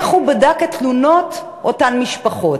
איך הוא בדק את תלונות אותן משפחות?